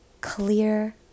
Clear